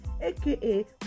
aka